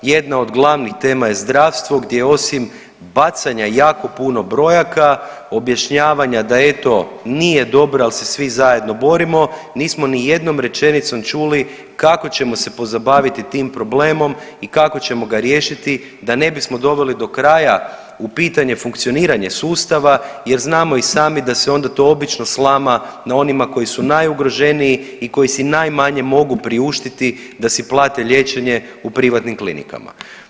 Jedna od glavnih tema je zdravstvo, gdje osim bacanja jako puno brojaka, objašnjavanja da eto, nije dobro, ali se svi zajedno borimo, nismo ni jednom rečenicom čuli kako ćemo se pozabaviti tim problemom i kako ćemo ga riješiti da ne bismo doveli do kraja u pitanje funkcioniranje sustava jer znamo i sami da se to obično slama na onima koji su najugroženiji i koji si najmanje mogu priuštiti da si plate liječenje u privatnim klinikama.